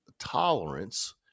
tolerance